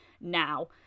now